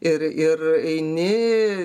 ir ir eini